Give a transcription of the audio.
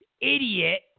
idiot